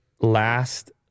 last